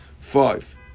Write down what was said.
five